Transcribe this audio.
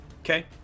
Okay